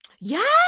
Yes